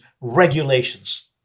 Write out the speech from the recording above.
regulations